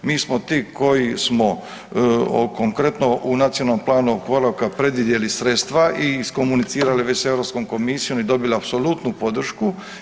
Mi smo ti koji smo konkretno u nacionalnom planu oporavka predvidjeli sredstva i iskomunicirali već sa Europskom komisijom i dobili apsolutnu podršku.